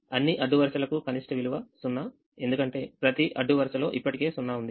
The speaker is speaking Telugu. అన్ని అడ్డు వరుసలకు కనిష్ట విలువ 0 ఎందుకంటే ప్రతి అడ్డు వరుసలో ఇప్పటికే 0 ఉంది